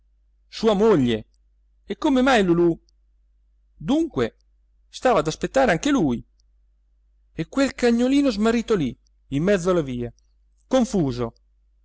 sua moglie e come mai lulù dunque stava ad aspettare anche lui e quel cagnolino smarrito lì in mezzo alla via confuso